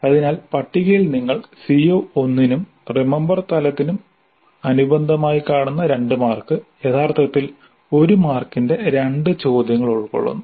അതിനാൽ പട്ടികയിൽ നിങ്ങൾ CO1 നും റിമമ്പർ തലത്തിനും അനുബന്ധമായികാണുന്ന 2 മാർക്ക് യഥാർത്ഥത്തിൽ 1 മാർക്കിന്റെ രണ്ട് ചോദ്യങ്ങൾ ഉൾക്കൊള്ളുന്നു